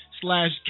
slash